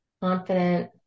confident